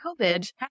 COVID